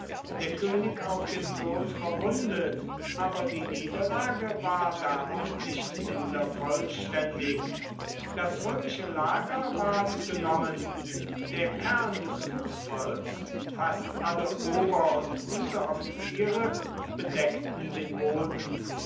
der könig auf den tod verwundet aber die niederlage war darum nicht minder vollständig das römische lager ward genommen der kern des fußvolks fast alle ober und unteroffiziere bedeckten den boden